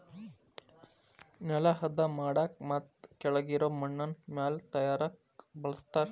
ನೆಲಾ ಹದಾ ಮಾಡಾಕ ಮತ್ತ ಕೆಳಗಿರು ಮಣ್ಣನ್ನ ಮ್ಯಾಲ ತರಾಕ ಬಳಸ್ತಾರ